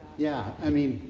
yeah, i mean,